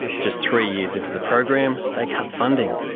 just three years into the program they cut funding,